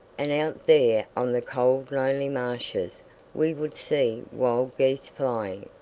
and out there on the cold lonely marshes we would see wild geese flying,